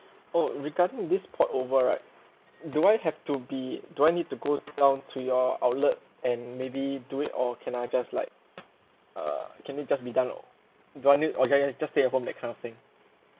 oh regarding this port over right do I have to be do I need to go down to your outlet and maybe do it or can I just like uh can it just be done join it can I just stay at home that kind of thing